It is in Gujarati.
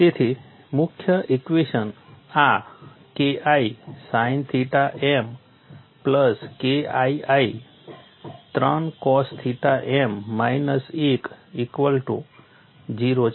તેથી મુખ્ય ઇક્વેશન આ KI sine theta m plus KII 3 cos theta m minus 1 equal to 0 છે